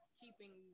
keeping